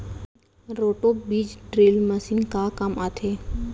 Roto बीज drill machine का काम आथे?